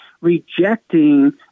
rejecting